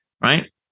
Right